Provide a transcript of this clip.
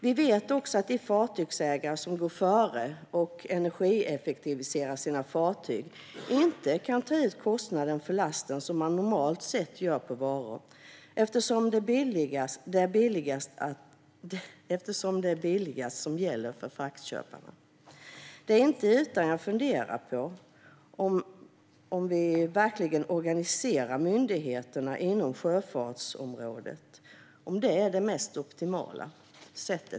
Vi vet också att de fartygsägare som går före och energieffektiviserar sina fartyg inte kan ta ut kostnaden för lasten som man normalt sett gör på varor, eftersom det är det billigaste som gäller för fraktköparna. Det är inte utan att jag funderar på om vi verkligen organiserar myndigheterna inom sjöfartsområdet på optimalt sätt.